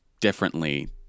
differently